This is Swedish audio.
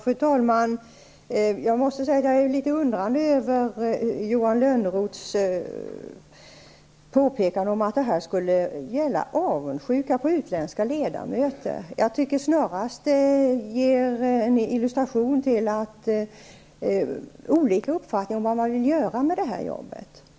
Fru talman! Jag är litet undrande över Johan Lönnroths påpekande om att det skulle gälla avundsjuka på utländska ledamöter. Jag tycker snarast att det ger en illustration av att det finns olika uppfattningar om vad man vill göra med det här arbetet.